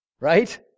Right